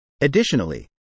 Additionally